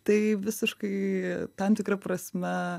tai visiškai tam tikra prasme